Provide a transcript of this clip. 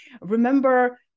Remember